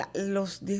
los